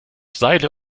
seile